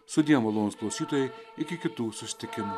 sudie malonūs klausytojai iki kitų susitikimų